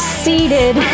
seated